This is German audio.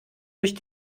durch